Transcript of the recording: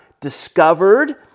discovered